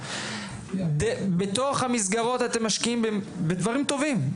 בתוך המסגרות אתם משקיעים בדברים טובים,